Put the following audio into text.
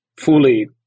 fully